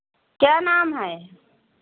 क्या नाम है